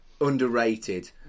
underrated